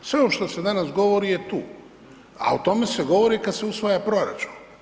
Sve ovo što se danas govori je tu, a o tome se govori kada se usvaja proračun.